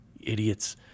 Idiots